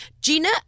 Gina